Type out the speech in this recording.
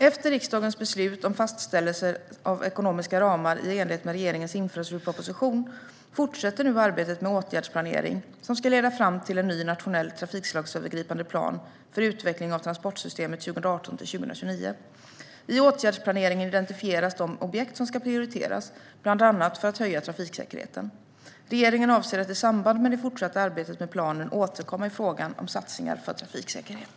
Efter riksdagens beslut om fastställelse av ekonomiska ramar i enlighet med regeringens infrastrukturproposition fortsätter nu arbetet med åtgärdsplanering, som ska leda fram till en ny nationell trafikslagsövergripande plan för utveckling av transportsystemet 2018-2029. I åtgärdsplaneringen identifieras de objekt som ska prioriteras, bland annat för att höja trafiksäkerheten. Regeringen avser att i samband med det fortsatta arbetet med planen återkomma i frågan om satsningar för trafiksäkerhet.